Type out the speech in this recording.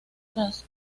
tras